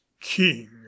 King